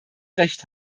recht